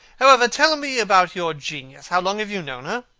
however, tell me about your genius. how long have you known her?